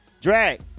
drag